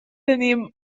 tenim